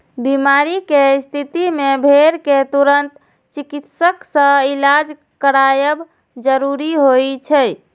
बीमारी के स्थिति मे भेड़ कें तुरंत चिकित्सक सं इलाज करायब जरूरी होइ छै